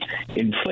inflation